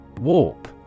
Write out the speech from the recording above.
Warp